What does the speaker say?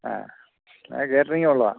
ആ ഞങ്ങൾക്ക് കാറ്ററിങ്ങ് ഉള്ളതാ